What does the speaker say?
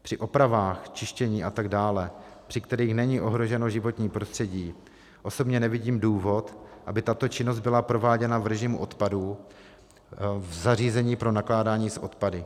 Při opravách čištění a tak dále, při kterých není ohroženo životní prostředí, osobně nevidím důvod, aby tato činnost byla prováděna v režimu odpadu v zařízení pro nakládání s odpady.